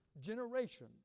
generation